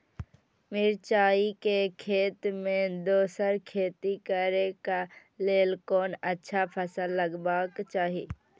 मिरचाई के खेती मे दोसर खेती करे क लेल कोन अच्छा फसल लगवाक चाहिँ?